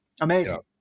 Amazing